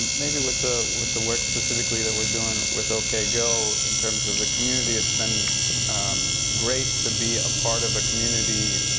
maybe with the with the work, specifically, that we're doing with ok go, in terms of the community, it's been great to be a part of a community.